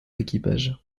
équipage